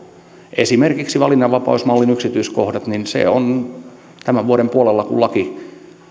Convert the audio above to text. esimerkiksi valinnanvapausmallin yksityiskohdat se on tämän vuoden puolella kun laki